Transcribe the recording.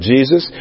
Jesus